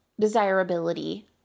desirability